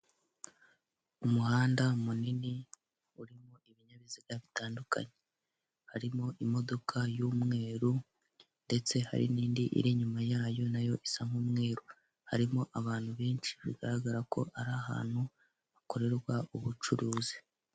Umuhanda munini urimo ibinyabiziga bitandukanye, harimo imodoka y'umweru ndetse hari n'indi iri inyuma yayo nayo isa nk'umweru, harimo abantu benshi bigaragara ko ari ahantu hakorerwa ubucuruzi.